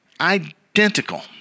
identical